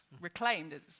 reclaimed